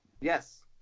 Yes